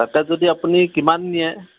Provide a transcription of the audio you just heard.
তাকে যদি আপুনি কিমান নিয়ে